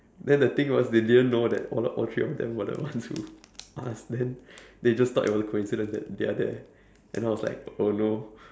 then the thing was they didn't know that a~ all three of them were the ones who asked then they just thought it was a coincidence that they're there and I was like oh no